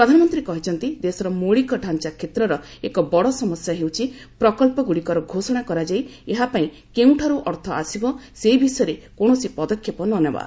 ପ୍ରଧାନମନ୍ତ୍ରୀ କହିଛନ୍ତି ଦେଶର ମୌଳିକ ଡାଞ୍ଚା କ୍ଷେତ୍ରର ଏକ ବଡ଼ ସମସ୍ୟା ହେଉଛି ପ୍ରକବ୍ଧଗୁଡ଼ିକର ଘୋଷଣା କରାଯାଇ ଏହା ପାଇଁ କେଉଁଠାରୁ ଅର୍ଥ ଆସିବ ସେ ବିଷୟରେ କୌଣସି ପଦକ୍ଷେପ ନ ନେବା